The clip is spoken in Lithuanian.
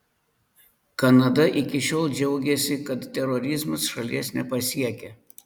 kanada iki šiol džiaugėsi kad terorizmas šalies nepasiekia